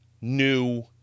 new